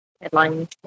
headline